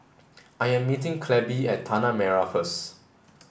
I am meeting Clabe at Tanah Merah first